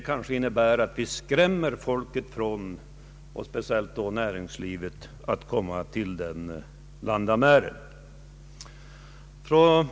Det kanske innebär att vi skrämmer folket och speciellt då näringslivets representanter från att komma till den landsändan.